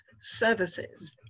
services